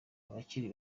abakiri